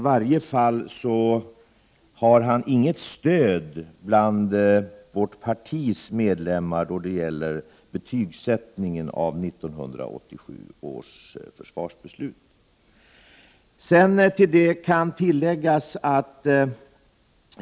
Birger Schlaug har inget stöd bland vårt partis medlemmar då det gäller betygsättningen av 1987 års försvarsbeslut.